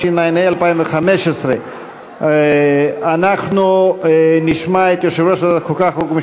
התשע"ה 2015. אנחנו נשמע את יושב-ראש ועדת החוקה,